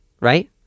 Right